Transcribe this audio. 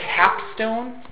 capstone